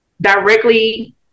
directly